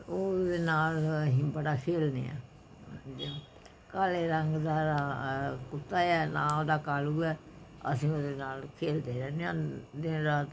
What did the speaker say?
ਉਹਦੇ ਨਾਲ ਅਸੀਂ ਬੜਾ ਖੇਡਦੇ ਹਾਂ ਕਾਲੇ ਰੰਗ ਦਾ ਕੁੱਤਾ ਹੈ ਨਾਂ ਉਹਦਾ ਕਾਲੂ ਹੈ ਅਸੀਂ ਉਹਦੇ ਨਾਲ ਖੇਡਦੇ ਰਹਿੰਦੇ ਹਾਂ ਦਿਨ ਰਾਤ